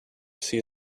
see